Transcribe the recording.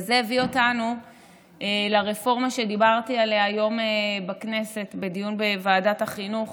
וזה הביא אותנו לרפורמה שדיברתי עליה היום בכנסת בדיון בוועדת החינוך.